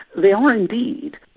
they are indeed.